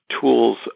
tools